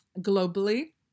globally